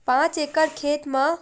पांच एकड़ खेत म कतका खातु डारबोन?